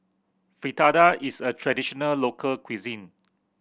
fritada is a traditional local cuisine